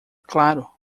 claro